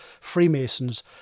Freemasons